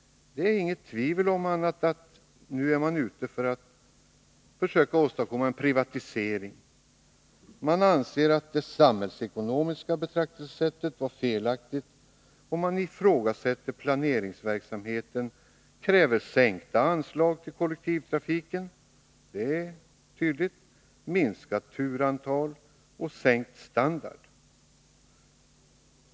Det råder inget tvivel om att man är ute efter att försöka åstadkomma en privatisering. Man anser att det samhällsekonomiska betraktelsesättet är felaktigt. Man ifrågasätter planeringsverksamheten och kräver sänkta anslag till kollektivtrafiken — det är tydligt — samt minskat turantal och sänkt standard.